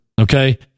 Okay